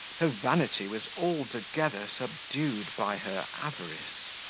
her vanity was altogether subdued by her avarice.